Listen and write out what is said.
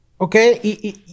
Okay